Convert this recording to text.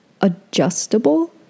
Adjustable